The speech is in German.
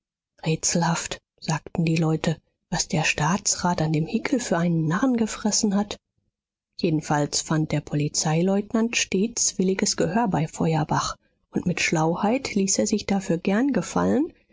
sagten die leute was der staatsrat an dem hickel für einen narren gefressen hat jedenfalls fand der polizeileutnant stets williges gehör bei feuerbach und mit schlauheit ließ er sich dafür gern gefallen